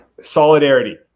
solidarity